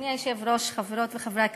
אדוני היושב-ראש, חברות וחברי הכנסת,